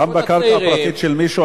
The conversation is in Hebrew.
גם בקרקע הפרטית של מישהו,